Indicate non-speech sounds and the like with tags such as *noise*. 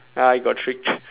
ah you got tricked *breath*